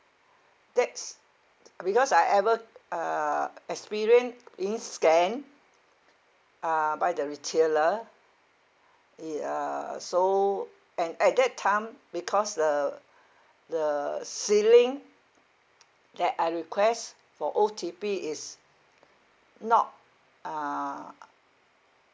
that's th~ because I ever uh experience being scammed uh by the retailer it uh so and at that time because the the ceiling that I request for O_T_P is not uh